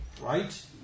right